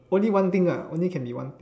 only one thing ah only can be one thing